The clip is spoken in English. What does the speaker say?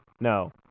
No